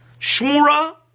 shmura